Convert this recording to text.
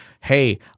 hey